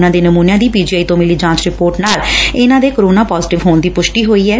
ਉਨ੍ਹਾਂ ਦੇ ਨਮੂਨਿਆਂ ਦੀ ਪੀ ਜੀ ਆਈ ਤੋ ਮਿਲੀ ਜਾਂਚ ਰਿਪੋਰਟ ਨਾਲ ਇਨ੍ਹਾਂ ਦੇ ਕੋਰੋਨਾ ਪਾਜੇਟਿਵ ਹੋਣ ਦੀ ਪੁਸ਼ਟੀ ਹੋਈ ਐ